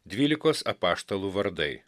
dvylikos apaštalų vardai